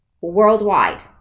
worldwide